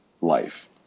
life